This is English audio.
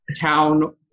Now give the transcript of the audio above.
Town